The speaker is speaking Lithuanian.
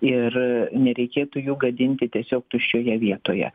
ir nereikėtų jų gadinti tiesiog tuščioje vietoje